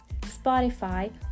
Spotify